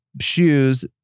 shoes